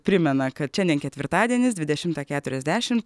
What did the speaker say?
primena kad šiandien ketvirtadienis dvidešimtą keturiasdešimt